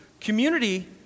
Community